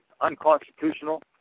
unconstitutional